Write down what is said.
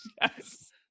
Yes